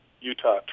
Utah